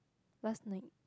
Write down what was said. last night